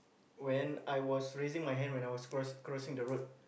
when I was raising my hand when I was cross crossing the road